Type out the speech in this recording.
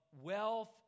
wealth